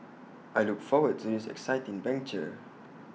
I look forward to this exciting venture